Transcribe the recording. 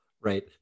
Right